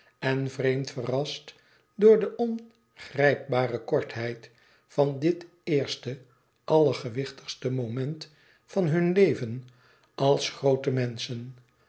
en vreemd verrast door de ongrijpbare kortheid van dit eerste allergewichtigste moment van hun leven als groote menschen